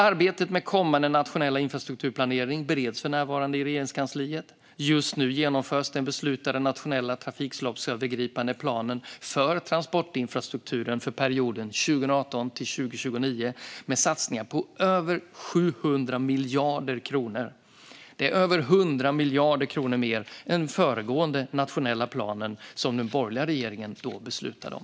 Arbetet med kommande nationell infrastrukturplanering bereds för närvarande inom Regeringskansliet. Just nu genomförs den beslutade nationella trafikslagsövergripande planen för transportinfrastrukturen för perioden 2018-2029 med satsningar på över 700 miljarder kronor. Det är över 100 miljarder kronor mer än den föregående nationella planen som den borgerliga regeringen beslutade om.